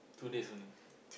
two days only